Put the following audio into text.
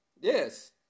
Yes